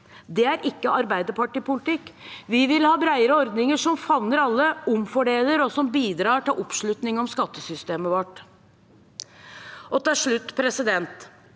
Det er ikke arbeiderpartipolitikk. Vi vil ha bredere ordninger som favner alle, omfordeler og bidrar til oppslutning om skattesystemet vårt.